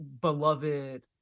beloved